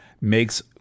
makes